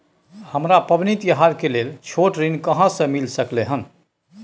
हमरा पबनी तिहार के लेल छोट ऋण कहाँ से मिल सकलय हन?